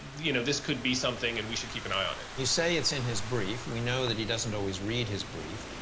you know, this could be something, and we should keep an eye on it. smith you say it's in his brief, we know that he doesn't always read his brief.